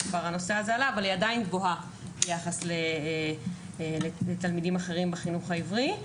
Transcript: אבל היא עדיין גבוהה ביחס לתלמידים אחרים בחינוך העברי.